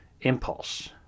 Impulse